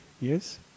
Yes